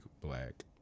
black